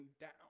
down